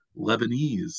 Lebanese